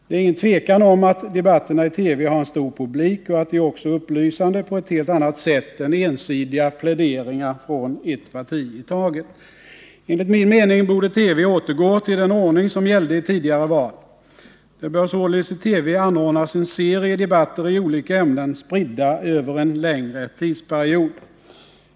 Det är inget tvivel om att debatterna i TV haren stor publik och att de också är upplysande på ett helt annat sätt än ensidiga pläderingar från ett parti i taget. Enligt min mening borde TV återgå till den ordning som gällde vid tidigare val. Det bör således i TV anordnas en serie debatter i olika ämnen, spridda över en längre tidsperiod.